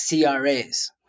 CRAs